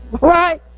Right